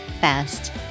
fast